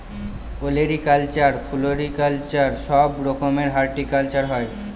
olericulture, floriculture সব রকমের horticulture হয়